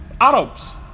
Arabs